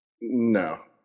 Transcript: No